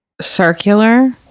circular